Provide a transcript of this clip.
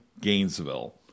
Gainesville